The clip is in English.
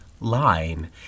line